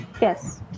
Yes